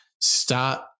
start